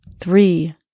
three